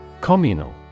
Communal